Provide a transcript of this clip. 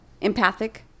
empathic